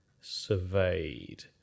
surveyed